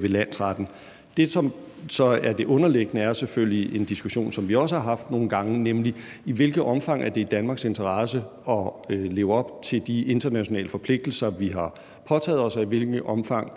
ved landsretten. Det, som så er det underliggende, er selvfølgelig en diskussion, som vi også har haft nogle gange, nemlig i hvilket omfang det er i Danmarks interesse at leve op til de internationale forpligtelser, vi har påtaget os, og i hvilket omfang